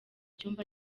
cyumba